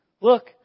Look